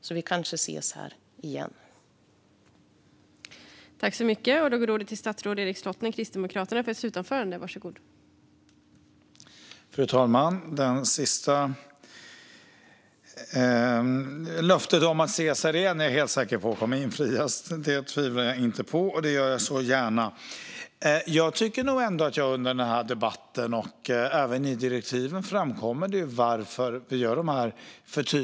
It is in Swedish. Så vi kanske ses här igen, statsrådet.